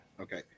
okay